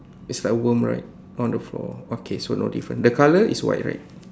is like a worm right on the floor okay so no different the color is white right